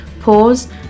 pause